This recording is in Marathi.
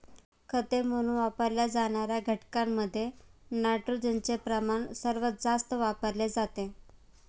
खते म्हणून वापरल्या जाणार्या घटकांमध्ये नायट्रोजनचे प्रमाण सर्वात जास्त वापरले जाते